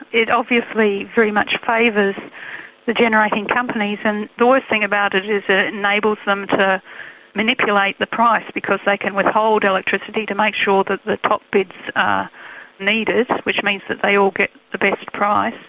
it obviously very much favours ah the generating companies and the worst thing about it is it enables them to manipulate the price because they can withhold electricity to make sure that the top bids are needed, which means that they all get the best price,